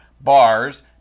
bars